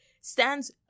stands